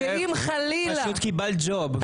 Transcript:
פשוט קיבלת ג'וב.